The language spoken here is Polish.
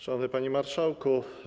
Szanowny Panie Marszałku!